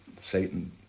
Satan